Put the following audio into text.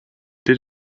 did